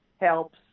helps